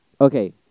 okay